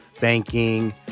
banking